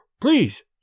Please